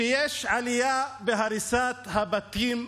שיש עלייה בהריסת הבתים בנגב.